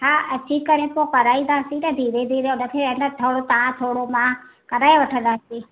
हा अची करे पोइ पढ़ाईंदासीं न धीरे धीरे हुनखे अञा थोरो तव्हां थोरो मां कराए वठंदासीं